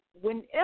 whenever